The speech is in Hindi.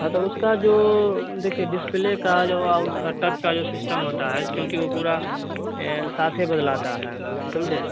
हँ तो उसका जो देखिए डिस्प्ले का जो उसका टच का जो सिस्टम होता है क्योंकि वह पूरा साथ ही बदलाता है समझे